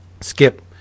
Skip